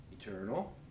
Eternal